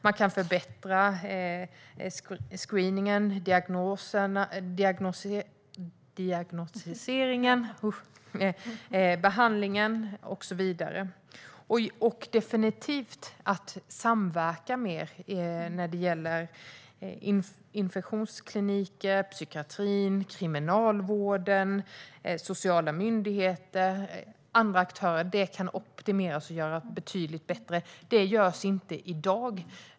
Man kan förbättra screeningen, diagnosticeringen, behandlingen och så vidare. Definitivt kan man också samverka mer mellan infektionskliniker, psykiatrin, kriminalvården, sociala myndigheter och andra aktörer. Det kan optimeras och göras betydligt bättre.